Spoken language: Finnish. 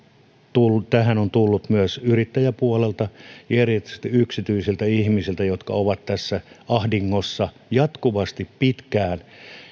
tähän on tullut myös yrittäjäpuolelta ja erityisesti yksityisiltä ihmisiltä jotka ovat tässä ahdingossa jatkuvasti pitkään